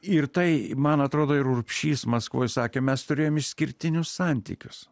ir tai man atrodo ir urbšys maskvoj sakė mes turėjom išskirtinius santykius